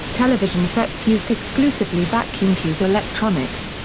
television sets used exclusively vacuum tube electronics.